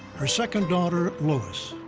her second daughter, lois.